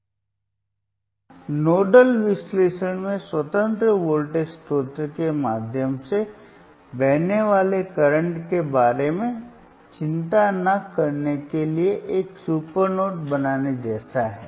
यह नोडल विश्लेषण में स्वतंत्र वोल्टेज स्रोत के माध्यम से बहने वाले करंट के बारे में चिंता न करने के लिए एक सुपर नोड बनाने जैसा है